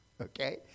Okay